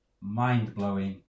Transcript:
mind-blowing